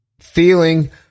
feeling